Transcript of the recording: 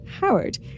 Howard